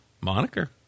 Moniker